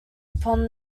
upon